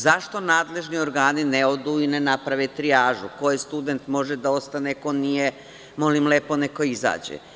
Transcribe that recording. Zašto nadležni organi ne odu i ne naprave trijažu - ko je student može da ostane, ko nije, molim lepo, neka izađe?